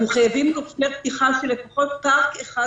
אנחנו חייבים אישור פתיחה של לפחות פארק אחד